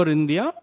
India